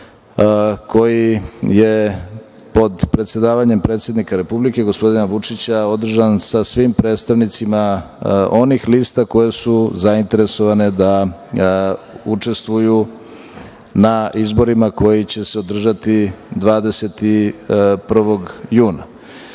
koji je pod predsedavanjem predsednika Republike gospodina Vučića održan sa svim predstavnicima onih lista koje su zainteresovane da učestvuju na izborima koji će se održati 21.